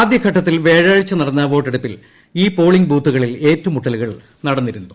ആദ്യഘട്ടത്തിൽ വ്യാഴാഴ്ച നടന്ന വോട്ടെടുപ്പിൽ ഈ പോളിംഗ് ബൂത്തുകളിൽ ഏറ്റുമുട്ടലുകൾ നടന്നിരുന്നു